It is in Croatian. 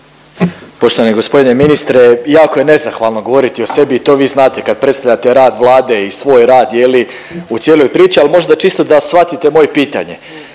Poštovani g. ministre, jako je nezahvalno govoriti o sebi i to vi znate kad predstavljate rad Vlade i svoj rad je li u cijeloj priči, al možda čisto da shvatite moje pitanje.